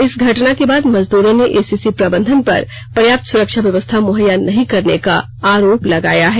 इस घटना के बाद मजदूरों ने एसीसी प्रबंधन पर पर्याप्त सुरक्षा व्यवस्था मुहैया नहीं करने का आरोप लगाया है